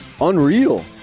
unreal